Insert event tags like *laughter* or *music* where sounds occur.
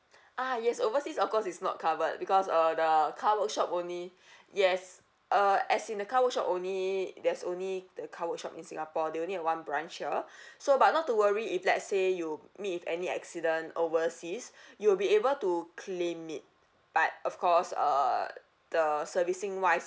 ah yes overseas of course is not covered because uh the car workshop only yes uh as in the car workshop only there's only the car workshop in singapore they only have one branch here *breath* so but not to worry if let's say you meet with any accident overseas you will be able to claim it but of course uh the servicing wise